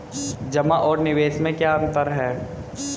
जमा और निवेश में क्या अंतर है?